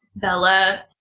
bella